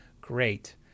Great